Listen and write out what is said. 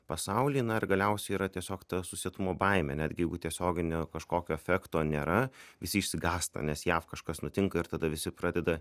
pasaulį na ir galiausiai yra tiesiog ta susietumo baimė netgi jeigu tiesioginio kažkokio efekto nėra visi išsigąsta nes jav kažkas nutinka ir tada visi pradeda